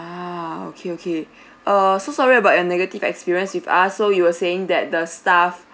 ah okay okay err so sorry about your negative experience with us so you were saying that the staff